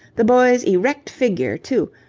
the boy's erect figure, too,